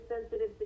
sensitive